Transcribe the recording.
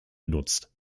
genutzt